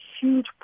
huge